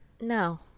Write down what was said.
No